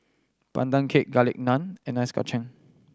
Pandan Cake Garlic Naan and Ice Kachang